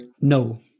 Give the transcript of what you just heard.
No